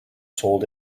sold